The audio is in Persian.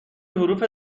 حروف